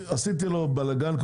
עשיתי לו בלגאן,